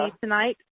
tonight